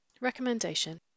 Recommendation